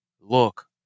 look